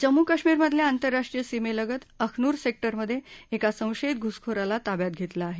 जम्मू कश्मीरमधल्या आतरराष्ट्रीय सीमेलगत अखनूर सेक्टरमधे एका संशयित घुसखोराला ताब्यात घेतलं आहे